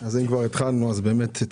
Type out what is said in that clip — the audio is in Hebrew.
אם כבר התחלנו אז התחלנו.